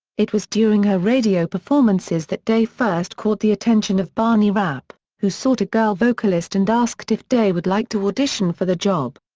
it was during her radio performances that day first caught the attention of barney rapp, who sought a girl vocalist and asked if day would like to audition for the job.